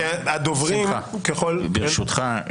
ברשותך,